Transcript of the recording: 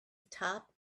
top